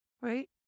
right